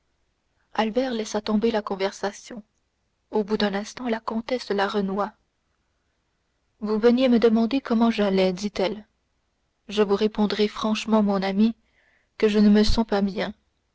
albert laissa tomber la conversation au bout d'un instant la comtesse la renoua vous veniez me demander comment j'allais dit-elle je vous répondrai franchement mon ami que je ne me sens pas bien